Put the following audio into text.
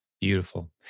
Beautiful